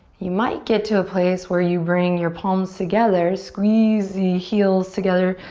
you might get to a place where you bring your palms together, squeeze the heels together,